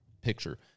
picture